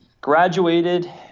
graduated